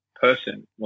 person